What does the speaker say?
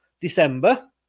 December